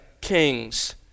kings